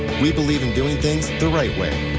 we believe in doing things the right way.